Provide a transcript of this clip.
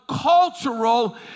cultural